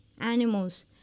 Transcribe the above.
animals